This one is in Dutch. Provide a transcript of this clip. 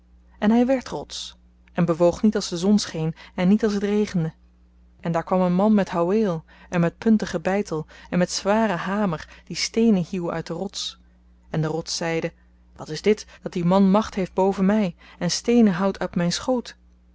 en hy wèrd rots en bewoog niet als de zon scheen en niet als het regende en daar kwam een man met houweel en met puntigen bytel en met zwaren hamer die steenen hieuw uit de rots en de rots zeide wat is dit dat die man macht heeft boven my en steenen houwt uit myn schoot